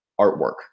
artwork